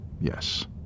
Yes